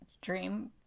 dream